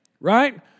Right